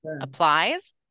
applies